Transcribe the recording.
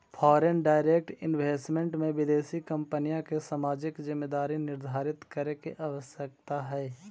foreign direct investment में विदेशी कंपनिय के सामाजिक जिम्मेदारी निर्धारित करे के आवश्यकता हई